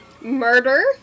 murder